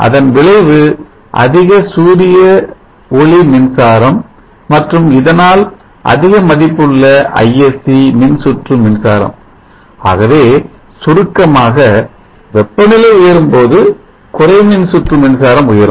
இதன் விளைவு அதிக ஒளி மின்சாரம் மற்றும் இதனால் அதிக மதிப்புள்ள Isc மின்சுற்று மின்சாரம் ஆகவே சுருக்கமாக வெப்பநிலை உயரும் போது குறை மின்சுற்று மின்சாரம் உயரும்